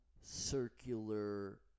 circular